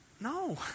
No